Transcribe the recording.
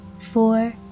four